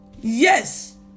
Yes